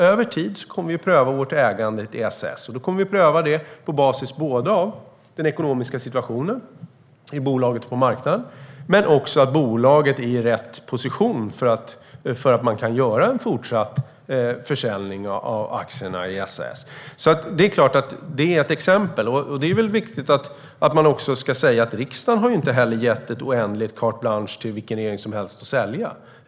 Över tid kommer vi att pröva vårt ägande i SAS på basis av den ekonomiska situationen i bolaget och på marknaden men också pröva om bolaget är i rätt position för att man ska kunna göra en försäljning av aktierna i SAS. Det är ett exempel. Det är också viktigt att säga att riksdagen inte har gett ett oändligt carte blanche till vilken regering som helst att sälja.